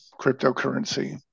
Cryptocurrency